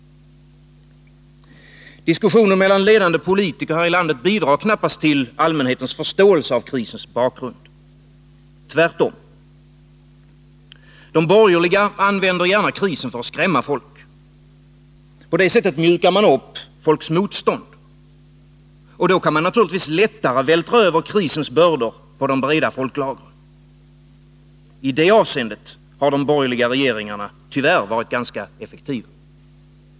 Diskussionen mellan ledande politiker här i landet bidrar knappast till allmänhetens förståelse av krisens bakgrund — tvärtom. De borgerliga använder gärna krisen för att skrämma folk. På det sättet mjukar man upp folks motstånd. Och då kan man naturligtvis lättare vältra över krisens bördor på de breda folklagren. I det avseendet har de borgerliga regeringarna tyvärr varit ganska effektiva.